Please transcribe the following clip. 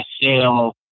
sale